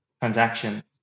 transaction